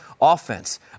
offense